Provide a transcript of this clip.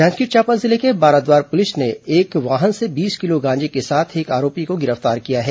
जांजगीर चांपा जिले में बाराद्वार पुलिस ने एक वाहन से बीस किलो गांजे के साथ एक आरोपी को गिरफ्तार किया है